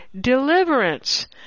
deliverance